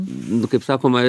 nu kaip sakoma